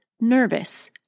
nervous